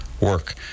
work